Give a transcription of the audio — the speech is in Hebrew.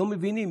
לא מבינים.